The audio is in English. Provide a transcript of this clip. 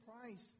price